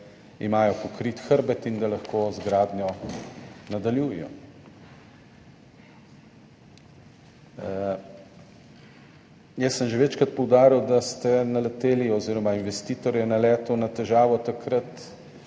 imajo pokrit hrbet in da lahko nadaljujejo z gradnjo. Jaz sem že večkrat poudaril, da ste naleteli oziroma investitor je naletel na težavo takrat,